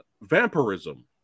vampirism